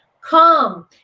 come